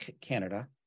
canada